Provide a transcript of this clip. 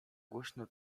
głośno